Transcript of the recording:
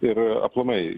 ir aplamai